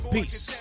Peace